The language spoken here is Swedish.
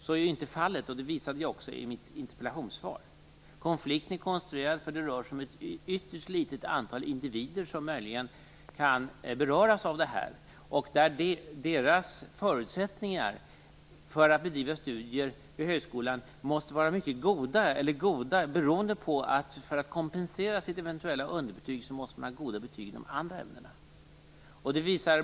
Så är ju inte fallet, vilket jag också visade i mitt interpellationssvar. Konflikten är konstruerad. Det rör sig nämligen om ett ytterst litet antal individer som möjligen kan beröras av detta. Deras förutsättningar för att bedriva studier vid högskolan måste vara mycket goda, beroende på att de för att kompensera sitt eventuella underbetyg i svenska eller engelska måste ha goda betyg i de andra ämnena.